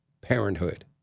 Parenthood